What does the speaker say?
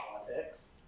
politics